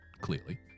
clearly